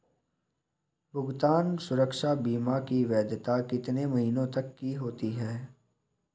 भुगतान सुरक्षा बीमा की वैधता कितने महीनों की होती है?